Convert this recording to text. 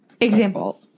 example